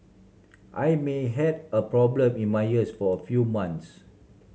I may had a problem in my ears for a few months